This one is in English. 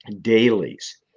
dailies